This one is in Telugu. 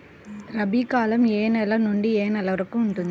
రబీ కాలం ఏ నెల నుండి ఏ నెల వరకు ఉంటుంది?